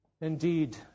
Indeed